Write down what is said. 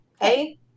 Hey